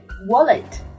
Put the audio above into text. wallet